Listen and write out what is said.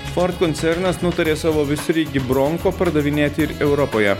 ford koncernas nutarė savo visureigį bronko pardavinėti europoje